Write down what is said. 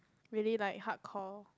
really like hard call